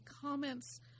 comments